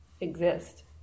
exist